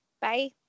Bye